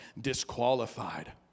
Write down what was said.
disqualified